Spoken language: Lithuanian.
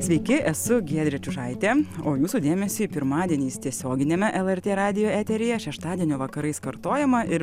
sveiki esu giedrė čiužaitė o jūsų dėmesį pirmadieniais tiesioginiame lrt radijo eteryje šeštadienio vakarais kartojama ir